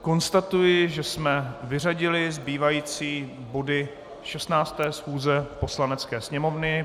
Konstatuji, že jsme vyřadili zbývající body 16. schůze Poslanecké sněmovny.